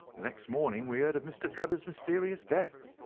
the next morning we heard of mr. drebber's mysterious death